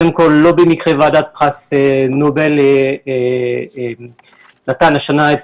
לא במקרה ועדת פרס נובל נתנה השנה את